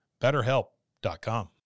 BetterHelp.com